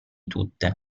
tutte